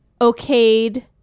okayed